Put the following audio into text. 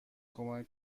کمک